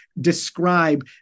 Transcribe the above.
describe